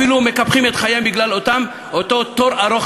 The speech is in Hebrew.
אפילו מקפחים את חייהם בגלל אותו תור ארוך